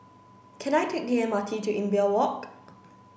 can I take the M R T to Imbiah Walk